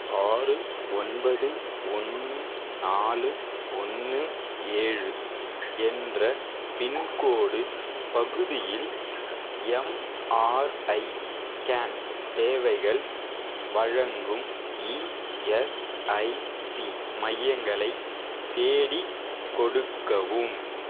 ஆறு ஒன்பது ஒன்று நாலு ஒன்று ஏழு என்ற பின்கோடு பகுதியில் எம்ஆர்ஐ ஸ்கேன் சேவைகள் வழங்கும் இஎஸ்ஐசி மையங்களை தேடிக்கொடுக்கவும்